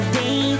day